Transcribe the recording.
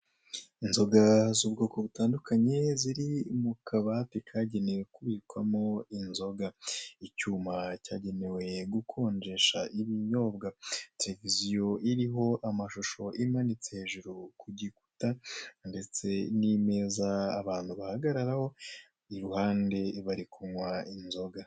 Inzoga z'ubwoko butandukanye ziri mukabati kagenewe kubukwamo inzoga, icyuma cyagenewe gukonjesha ibinyobwa, televiziyo iriho amashusho imanitse hejuru ku gikuta ndetse n'imeza abantu bahagararaho iruhande bari kunywa inzoga.